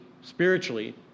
spiritually